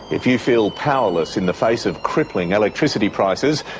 if you feel powerless in the face of crippling electricity prices,